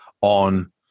on